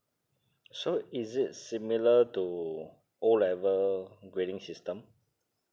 so is it similar to O level grading system